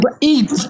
eat